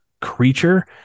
creature